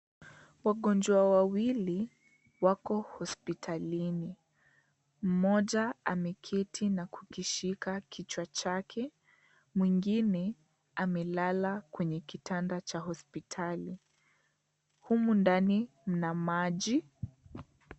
Wagonjwa wawili wako hospitalini. Mmoja ameketi na kukishika kichwa chake, mwingine amelala kwenye kitanda cha hospitali. Humu ndani mna maji.